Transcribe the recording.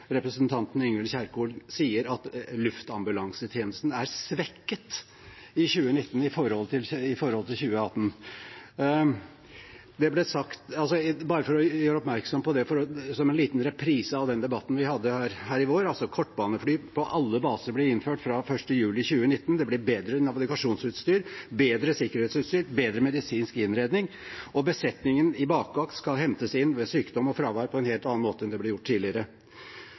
representanten Ingvild Kjerkol sier at luftambulansetjenesten er svekket i 2019 i forhold til 2018. Bare for å gjøre oppmerksom på det, som en liten reprise av den debatten vi hadde her i vår: Kortbanefly på alle baser blir innført fra 1. juli 2019, det blir bedre navigasjonsutstyr, bedre sikkerhetsutstyr, bedre medisinsk innredning, og besetningen i bakvakt skal hentes inn ved sykdom og fravær på en helt annen måte enn det ble gjort tidligere.